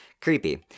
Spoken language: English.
Creepy